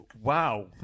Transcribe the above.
Wow